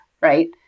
Right